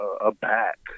Aback